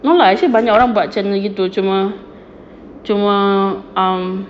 no lah actually banyak orang buat channel gitu cuma cuma um